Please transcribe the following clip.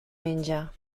menja